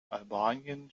albanien